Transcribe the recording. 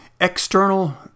external